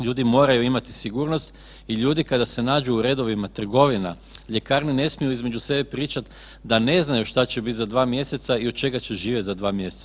Ljudi moraju imati sigurnost i ljudi kada se nađu u redovima trgovina, ljekarne ne smiju između sebe pričati da ne znaju šta će biti za 2 mjeseca i od čega će živjeti za 2 mjeseca.